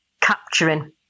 capturing